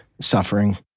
suffering